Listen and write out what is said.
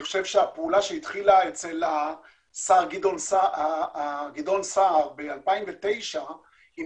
הפעולה שהתחילה עם שר גדעון סער ב-2009 עם